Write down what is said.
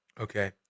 Okay